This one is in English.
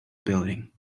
building